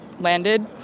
landed